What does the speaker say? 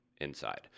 inside